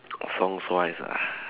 songs wise ah